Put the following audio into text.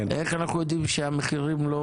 איך אנחנו יודעים שהמחירים לא